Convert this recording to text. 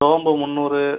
சோம்பு முந்நூறு